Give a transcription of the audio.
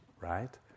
Right